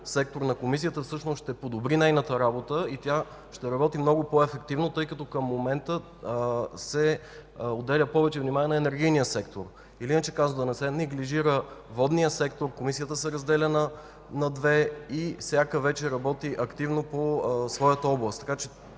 сектор на Комисията всъщност ще подобри нейната работа и тя ще работи много по-ефективно, тъй като към момента се отделя повече внимание на енергийния сектор. Иначе казано, за да не се неглижира водният сектор, Комисията се разделя на две и всяка вече работи активно по своята област.